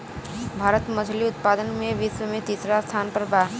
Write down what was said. भारत मछली उतपादन में विश्व में तिसरा स्थान पर बा